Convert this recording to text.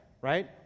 Right